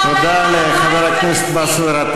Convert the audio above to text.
אתה, ומסית.